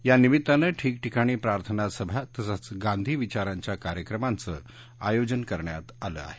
यानिमित्तानं ठिकठिकाणी प्रार्थना सभा तसंच गांधी विचारांच्या कार्यक्रमांचं आयोजन करण्यात आलं आहे